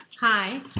Hi